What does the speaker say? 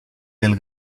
del